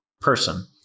person